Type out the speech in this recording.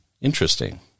Interesting